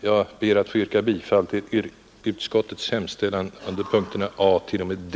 Jag ber att få yrka bifall till utskottets hemställan under punkterna A-D.